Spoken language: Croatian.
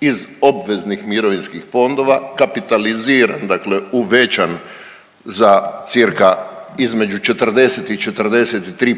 iz obveznih mirovinskih fondova kapitaliziran, dakle uvećan za cirka između 40 i